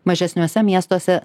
mažesniuose miestuose